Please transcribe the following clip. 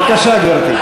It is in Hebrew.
בבקשה, גברתי.